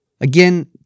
Again